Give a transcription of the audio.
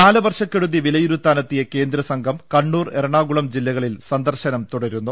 കാലവർഷക്കെടുതി വിലയിരുത്താനെത്തിയ കേന്ദ്രസംഘം കണ്ണൂർ എറണാകുളം ജില്ലകളിൽ സന്ദർശനം തുടരുന്നു